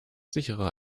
sicherer